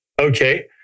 Okay